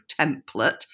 template